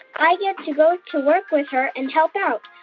i get to go to work with her and help out.